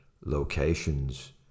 locations